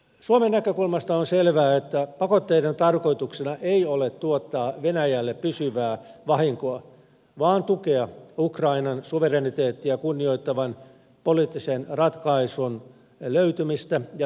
suomen näkökulmasta on selvää että pakotteiden tarkoituksena ei ole tuottaa venäjälle pysyvää vahinkoa vaan tarkoituksena on tukea ukrainan suvereniteettia kunnioittavan poliittisen ratkaisun löytymistä konfliktiin ja sen toimeenpanoa